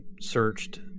searched